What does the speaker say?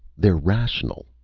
they're rational,